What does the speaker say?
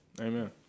Amen